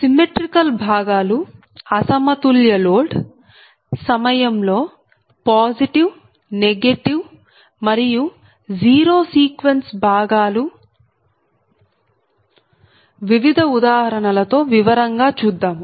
symmetrical భాగాలు అసమతుల్య load సమయంలో పాజిటివ్ నెగటివ్ మరియు జీరో సీక్వెన్స్ భాగాలు వివిధ ఉదాహరణలతో వివరంగా చూద్దాము